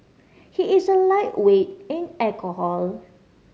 he is a lightweight in alcohol